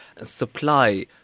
supply